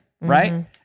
right